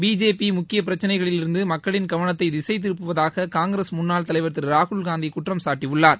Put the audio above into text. BJP முக்கிய பிரச்சினைகளிலிருந்து மக்களின் கவனத்தை திசைத்திருப்புவதாக காங்கிரஸ் முன்னாள் தலைவர் திரு ராகுல் காந்தி குற்றம் சாட்டியுள்ளார்